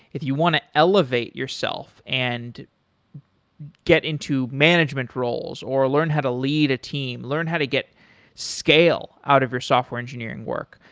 if you want to elevate yourself and get into management roles or learn how to lead a team, learn how to get scale out of your software engineering work,